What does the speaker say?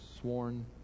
sworn